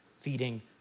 feeding